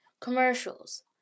commercials